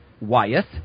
Wyeth